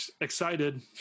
excited